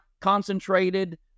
concentrated